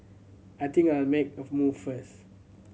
I think I'll make a move first